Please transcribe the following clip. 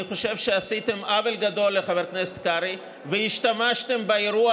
אני חושב שעשיתם עוול גדול לחבר הכנסת קרעי והשתמשתם באירוע